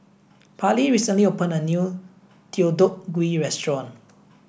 Parlee recently opened a new Deodeok Gui Restaurant